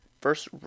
first